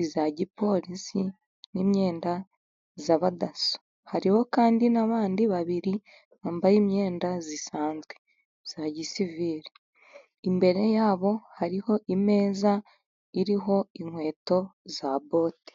iya gipolisi n'imyenda y'abadaso. Hariho kandi n'abandi babiri bambaye imyenda isanzwe ya gisivili, imbere yabo hariho imeza iriho inkweto za bote.